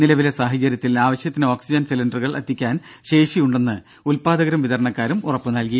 നിലവിലെ സാഹചര്യത്തിൽ ആവശ്യത്തിന് ഓക്സിജൻ സിലിണ്ടറുകൾ എത്തിക്കാൻ ശേഷി ഉണ്ടെന്ന് ഉത്പാദകരും വിതരണക്കാരും ഉറപ്പു നൽകി